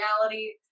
reality